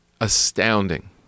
astounding